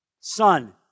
Son